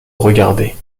regarder